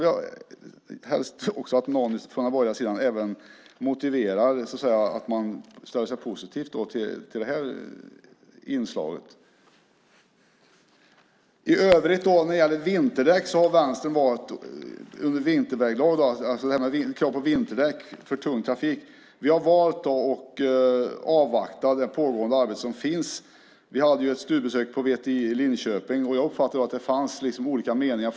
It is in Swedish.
Jag skulle vilja att någon från den borgerliga sidan motiverar att man ställer sig positiv till det här inslaget. När det gäller krav på vinterdäck för tung trafik har Vänstern valt att avvakta det pågående arbetet. Vi gjorde ett studiebesök på VTI i Linköping, och jag uppfattade då att det fanns olika meningar.